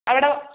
അവിടെ